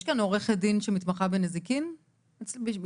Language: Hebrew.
יש כאן עורכת דין שמתמחה בנזיקין מהמשפטים?